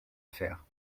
faire